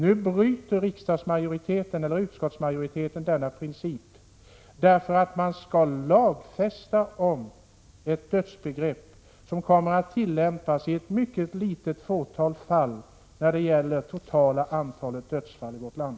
Nu frångår utskottsmajoriteten denna princip, därför att man vill lagfästa ett dödsbegrepp som kommer att tillämpas i ett fåtal fall i vårt land.